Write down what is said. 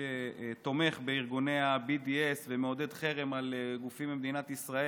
שתומך בארגוני ה-BDS ומעודד חרם על גופים במדינת ישראל,